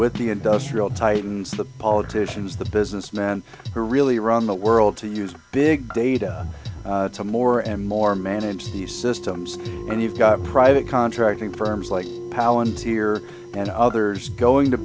with the industrial titans the politicians the business now and really around the world to use big data to more and more manage these systems and you've got private contracting firms like palin's here and others going to